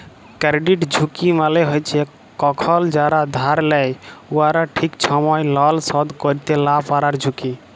credit ঝুঁকি মালে হছে কখল যারা ধার লেয় উয়ারা ঠিক ছময় লল শধ ক্যইরতে লা পারার ঝুঁকি